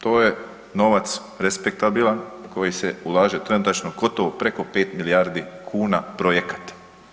To je novac respektabilan koji se ulaže trenutačno gotovo preko 5 milijardi kuna projekata.